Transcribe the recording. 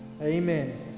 Amen